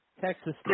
Texas